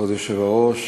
כבוד היושב-ראש,